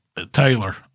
Taylor